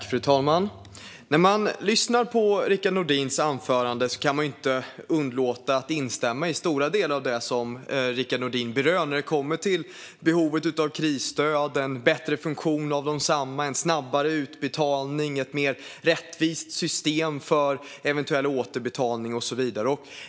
Fru talman! När man lyssnar till Rickard Nordins anförande kan man inte låta bli att instämma i stora delar av det han berör när det gäller behovet av krisstöd, bättre funktion av stöden, snabbare utbetalningar, ett mer rättvist system för eventuell återbetalning och så vidare.